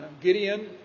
Gideon